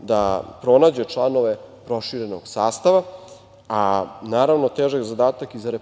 da pronađe članove proširenog sastava, a naravno, težak zadatak i za RIK